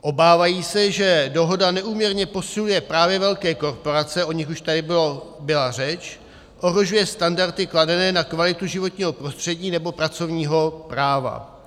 Obávají se, že dohoda neúměrně posiluje právě velké korporace o nich už tady byla řeč , ohrožuje standardy kladené na kvalitu životního prostředí nebo pracovního práva.